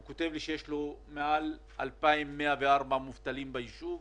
הוא כותב לי שיש לו יותר מ-2,104 מובטלים בישוב.